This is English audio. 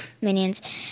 Minions